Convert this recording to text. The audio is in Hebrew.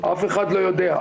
אף אחד לא יודע.